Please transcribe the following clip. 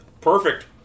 perfect